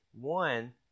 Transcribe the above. One